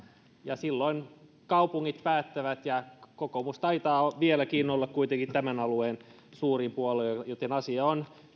ja silloin kaupungit päättävät ja kokoomus taitaa vieläkin kuitenkin olla tämän alueen suurin puolue joten asia on